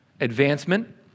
advancement